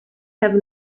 have